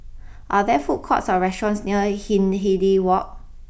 are there food courts or restaurants near Hindhede walk